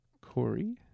Corey